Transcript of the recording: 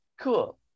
Cool